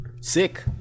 Sick